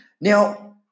Now